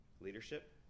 Leadership